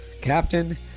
Captain